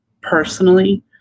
personally